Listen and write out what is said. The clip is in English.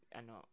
ano